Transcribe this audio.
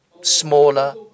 smaller